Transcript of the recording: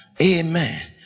Amen